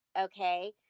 Okay